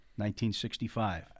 1965